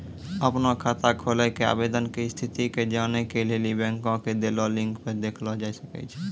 अपनो खाता खोलै के आवेदन के स्थिति के जानै के लेली बैंको के देलो लिंक पे देखलो जाय सकै छै